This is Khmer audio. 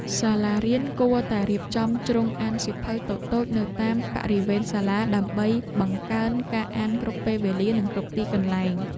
សាលារៀនគួរតែរៀបចំជ្រុងអានសៀវភៅតូចៗនៅតាមបរិវេណសាលាដើម្បីបង្កើនការអានគ្រប់ពេលវេលានិងគ្រប់ទីកន្លែង។